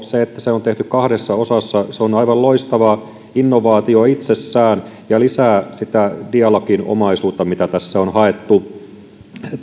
se että tämä tulevaisuusselonteko on tehty kahdessa osassa on aivan loistava innovaatio itsessään ja lisää sitä dialoginomaisuutta mitä tässä on haettu